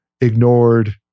ignored